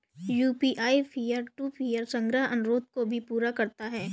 UPI peer to peer संग्रह अनुरोध को भी पूरा करता है